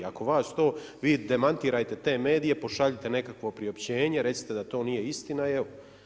Ako vas to, vi demantirajte te medije, pošaljite nekakvo priopćenje, recite da to nije istina i evo.